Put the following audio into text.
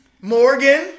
Morgan